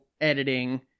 editing